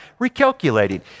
Recalculating